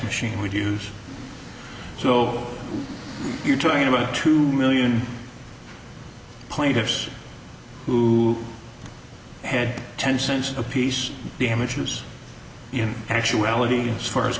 machine would use so you're talking about two million plaintiffs who had ten cents apiece damages in actuality as far as